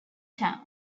town